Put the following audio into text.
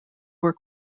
were